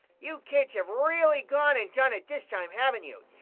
you kids have really gone and done it this time, haven't you?